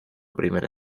primera